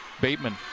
Bateman